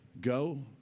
Go